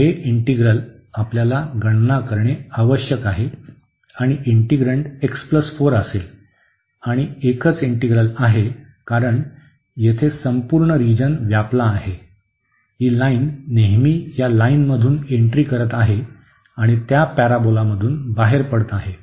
तर हे इंटीग्रल आपल्याला गणना करणे आवश्यक आहे आणि इंटिग्रेन्ड x 4 असेल आणि एकच इंटीग्रल आहे कारण येथे संपूर्ण रिजन व्यापला आहे ही लाईन नेहमी या लाईनमधून एंट्री करत आहे आणि त्या पॅराबोलामधून बाहेर पडत आहे